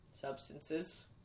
substances